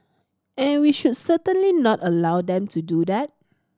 and we should certainly not allow them to do that